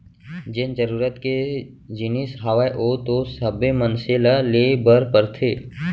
जेन जरुरत के जिनिस हावय ओ तो सब्बे मनसे ल ले बर परथे